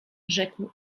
rzekł